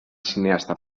cineasta